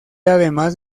además